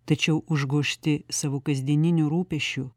tačiau užgožti savo kasdieninių rūpesčių